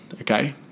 Okay